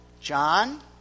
John